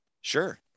sure